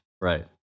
right